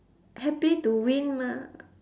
happy to win mah